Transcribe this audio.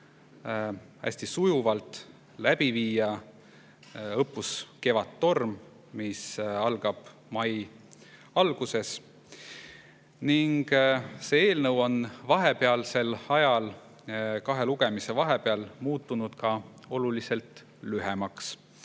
hästi sujuvalt läbi viia õppust Kevadtorm, mis algab mai alguses. Eelnõu on vahepealsel ajal, kahe lugemise vahepeal, muutunud oluliselt lühemaks.